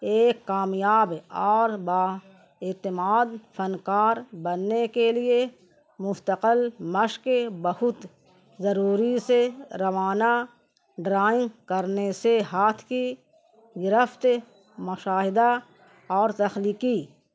ایک کامیاب اور با اعتماد فنکار بننے کے لیے مفستقل مشق بہت ضروری سے روانہ ڈرائنگ کرنے سے ہاتھ کی گرفت مشاہدہ اور تخلیقی